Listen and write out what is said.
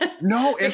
no